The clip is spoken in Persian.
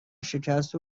شکست